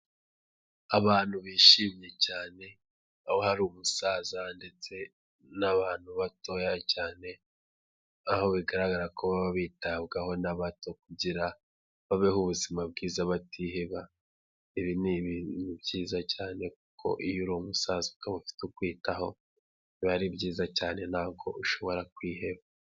Abantu bishimye cyane aho hari ubusaza ndetse n'abantu batoya cyane, aho bigaragara ko bitabwaho n'abato kugira babeho ubuzima bwiza batiheba, ibi ni ibintu byiza cyane kuko iyo uri umusaza ukaba ufite ukwitaho, biba ari byiza cyane ntabwo ushobora kwiheba.